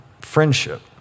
friendship